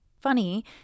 funny